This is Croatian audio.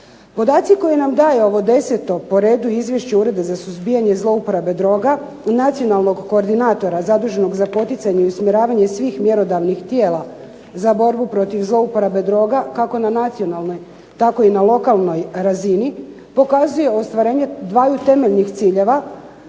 Podaci koji nam daje ovo 10. po redu izvješće Ureda za suzbijanje zlouporabe droga i nacionalnog koordinatora zaduženog za poticanje i usmjeravanje svih mjerodavnih tijela za borbu protiv zlouporabe droga, kako na nacionalnoj tako i na lokalnoj razini, pokazuje ostvarenje dvaju temeljnih ciljeva: